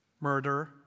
murder